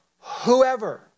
whoever